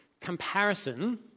comparison